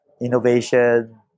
Innovation